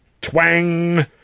Twang